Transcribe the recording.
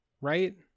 right